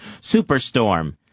Superstorm